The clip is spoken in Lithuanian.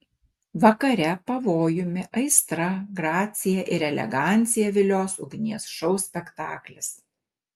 vakare pavojumi aistra gracija ir elegancija vilios ugnies šou spektaklis